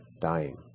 dying